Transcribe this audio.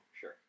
Sure